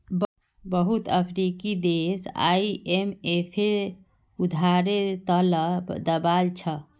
बहुत अफ्रीकी देश आईएमएफेर उधारेर त ल दबाल छ